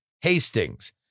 Hastings